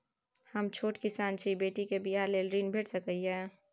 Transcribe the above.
हम छोट किसान छी, बेटी के बियाह लेल ऋण भेट सकै ये?